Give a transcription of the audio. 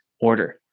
order